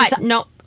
no